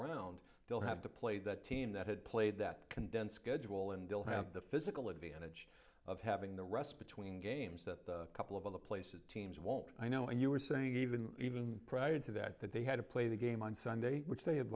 round they'll have to play the team that had played that condensed schedule and they'll have the physical advantage of having the rest between games that the a couple of other places teams won't i know and you were saying even even prior to that that they had to play the game on sunday which they had